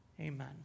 Amen